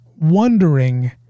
Wondering